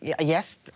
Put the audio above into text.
yes